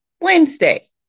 Wednesday